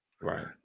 right